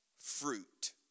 fruit